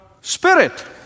spirit